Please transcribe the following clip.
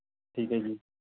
ਠੀਕ ਹੈ ਜੀ